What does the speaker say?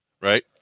right